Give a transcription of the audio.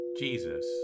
Jesus